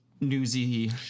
newsy